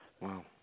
Wow